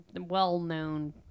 well-known